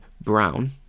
Brown